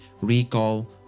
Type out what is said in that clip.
recall